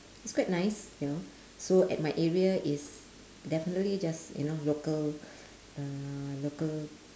it's quite nice you know so at my area it's definitely just you know local uh local